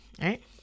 Right